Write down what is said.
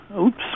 oops